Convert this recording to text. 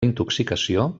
intoxicació